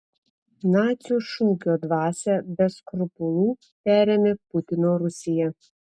nacių šūkio dvasią be skrupulų perėmė putino rusija